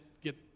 get